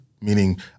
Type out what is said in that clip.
meaning